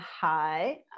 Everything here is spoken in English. Hi